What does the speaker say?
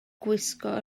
gwisgo